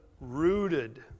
rooted